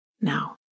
Now